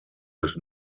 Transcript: des